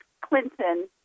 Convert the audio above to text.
Clinton